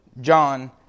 John